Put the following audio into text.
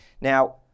Now